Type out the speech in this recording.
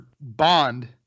Bond